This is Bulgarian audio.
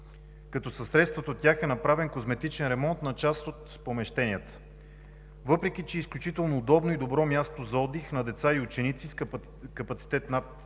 като със средствата от тях е направен козметичен ремонт на част от помещенията. Въпреки че е изключително удобно и добро място за отдих на деца и ученици, с капацитет над 300 места,